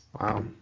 Wow